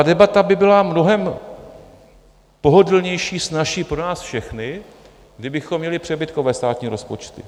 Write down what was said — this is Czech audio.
Debata by byla mnohem pohodlnější, snazší pro nás všechny, kdybychom měli přebytkové státní rozpočty.